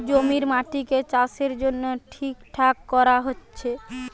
জমির মাটিকে চাষের জন্যে ঠিকঠাক কোরা হচ্ছে